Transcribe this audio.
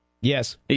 Yes